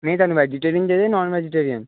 ਨਹੀਂ ਤੁਹਾਨੂੰ ਵੈਜੀਟੇਰੀਅਨ ਚਾਹੀਦਾ ਕਿ ਨੋਨ ਵੈਜੀਟੇਰੀਅਨ